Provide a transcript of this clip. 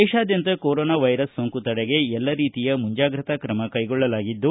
ದೇತಾದ್ಯಂತ corona virus ಸೋಂಕು ತಡೆಗೆ ಎಲ್ಲ ರೀತಿಯ ಮುಂಜಾಗ್ರತಾ ಕ್ರಮಕೈಗೊಳ್ಳಲಾಗಿದ್ದು